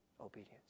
Obedience